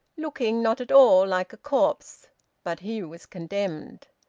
looking not at all like a corpse but he was condemned.